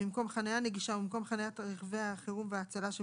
ממקום חניה נגישה וממקום חנית רכבי החירום וההצלה,